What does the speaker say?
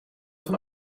van